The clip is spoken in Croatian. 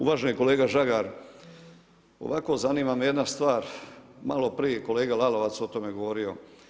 Uvaženi kolega Žagar, ovako, zanima me jedna stvar, malo prije kolega Lalovac o tome govorio.